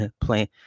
playing